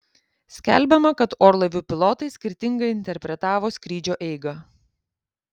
skelbiama kad orlaivių pilotai skirtingai interpretavo skrydžio eigą